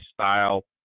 style